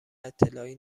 اطلاعی